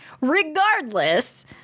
regardless